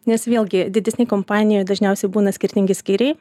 nes vėlgi didesnėj kompanijoj dažniausiai būna skirtingi skyriai